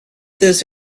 this